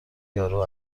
یارو